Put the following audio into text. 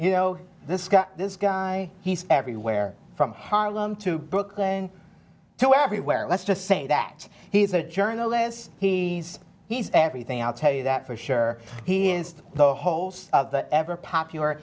you know this guy this guy he's everywhere from harlem to brooklyn to everywhere let's just say that he's a journalist he's he's everything i'll tell you that for sure he inst the host of the ever popular